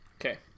Okay